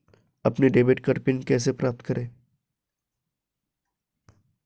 अपना debit card pin कैसे प्राप्त करें?